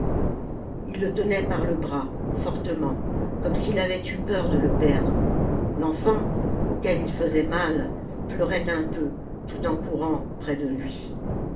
h le tenait parle bras fortement comme s'il avait eu peur de le perdre l'enfant auquel il faisait mal pleurait un peu tout en courant près de lui